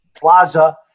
Plaza